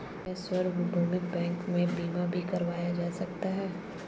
क्या सार्वभौमिक बैंक में बीमा भी करवाया जा सकता है?